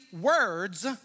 words